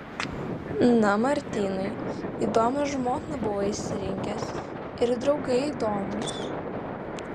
na martynai įdomią žmoną buvai išsirinkęs ir draugai įdomūs